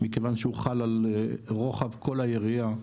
מכיוון שהוא חל על רוחב כל העירייה,